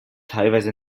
teilweise